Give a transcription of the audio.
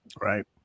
Right